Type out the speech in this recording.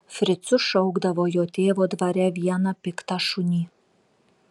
fricu šaukdavo jo tėvo dvare vieną piktą šunį